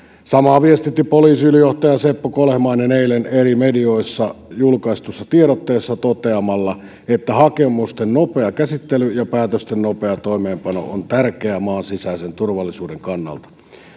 samaa viestitti poliisiylijohtaja seppo kolehmainen eilen eri medioissa julkaistussa tiedotteessa toteamalla että hakemusten nopea käsittely ja päätösten nopea toimeenpano on tärkeää maan sisäisen turvallisuuden kannalta